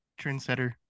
trendsetter